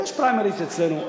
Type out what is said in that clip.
יש פריימריס אצלנו.